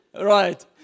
Right